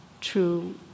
true